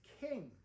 king